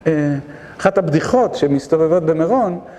אחת הבדיחות שמסתובבות במירון